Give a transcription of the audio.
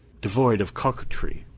devoid of coquetry.